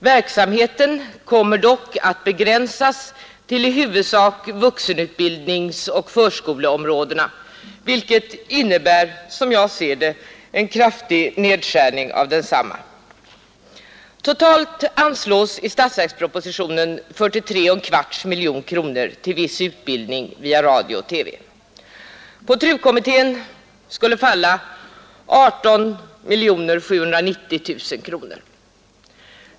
Verksamheten kommer dock att begränsas till i huvudsak vuxenutbildningsoch förskoleområdena, vilket såsom jag ser det innebär en kraftig nedskärning av densamma.